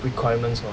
requirements